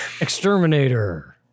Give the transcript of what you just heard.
Exterminator